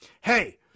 hey